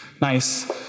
nice